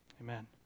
Amen